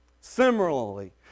Similarly